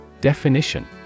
Definition